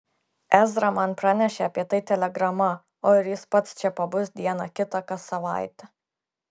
ezra man pranešė apie tai telegrama o ir jis pats čia pabus dieną kitą kas savaitę